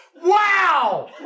Wow